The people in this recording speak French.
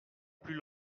plus